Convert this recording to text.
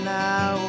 now